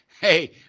hey